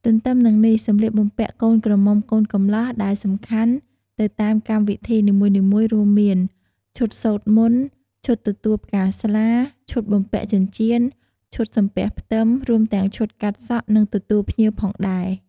ទន្ទឹមនឹងនេះ សម្លៀកបំពាក់កូនក្រមុំកូនកម្លោះដែលសំខាន់ទៅតាមកម្មវិធីនីមួយៗរួមមាន ឈុតសូត្រមន្ត ឈុតទទួលផ្កាស្លា ឈុតបំពាក់ចិញ្ចៀន ឈុតសំពះផ្ទឹម រួមទាំងឈុតកាត់សក់ និងទទួលភ្ញៀវផងដែរ។